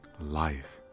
life